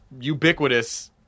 ubiquitous